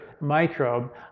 microbe